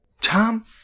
Tom